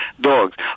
dogs